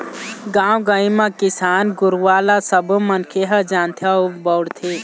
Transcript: गाँव गंवई म किसान गुरूवा ल सबो मनखे ह जानथे अउ बउरथे